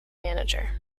manager